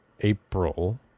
April